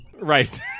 right